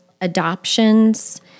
adoptions